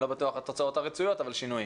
אני לא בטוח לגבי התוצאות הרצויות אבל שינויים.